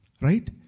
right